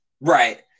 Right